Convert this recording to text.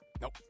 Nope